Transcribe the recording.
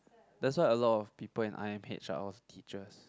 that's why a lot of people in I_M_H are all teachers